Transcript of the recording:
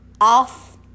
off